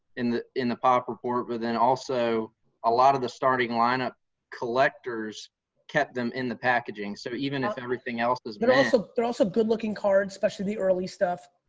in the in the pop report. but then also a lot of the starting lineup collectors kept them in the packaging. so even if everything else is but there also good looking cards, especially the early stuff.